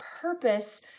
purpose